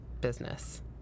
business